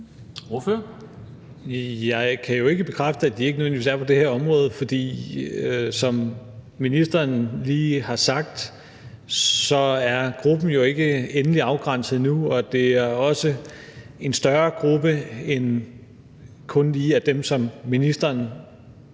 Jeg kan ikke bekræfte, at de ikke nødvendigvis er på det her område, for som ministeren lige har sagt, er gruppen jo ikke endeligt afgrænset endnu, og det er også en større gruppe end kun lige dem, som ministeren